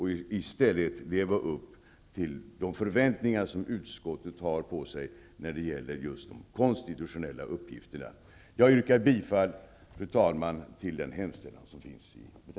I stället gäller det att leva upp till de förväntningar som finns på utskottet när det gäller just de konstitutionella uppgifterna. Jag yrkar, fru talman, bifall till utskottets hemställan i betänkandet.